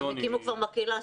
הם הקימו כבר מקהלה.